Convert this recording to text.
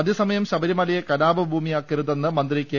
അതെസമയം ശബരിമലയെ കലാപ ഭൂമിയാക്കരുതെന്ന് മന്ത്രി കെ